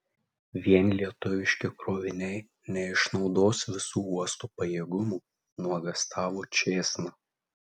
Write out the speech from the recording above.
vien lietuviški kroviniai neišnaudos visų uosto pajėgumų nuogąstavo čėsna